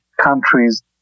countries